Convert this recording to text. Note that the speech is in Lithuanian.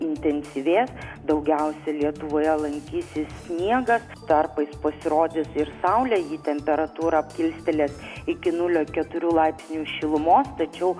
intensyvės daugiausiai lietuvoje lankysis sniegas tarpais pasirodys ir saulę ji temperatūrą kilstelės iki nulio keturių laipsnių šilumos tačiau